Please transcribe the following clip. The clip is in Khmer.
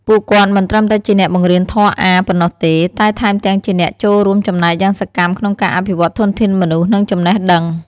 ពួកគាត់មិនត្រឹមតែជាអ្នកបង្រៀនធម៌អាថ៌ប៉ុណ្ណោះទេ តែថែមទាំងជាអ្នកចូលរួមចំណែកយ៉ាងសកម្មក្នុងការអភិវឌ្ឍធនធានមនុស្ស និងចំណេះដឹង។